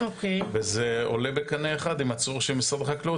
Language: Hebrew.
וזה עולה בקנה אחד עם הצורך של משרד החקלאות